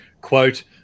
quote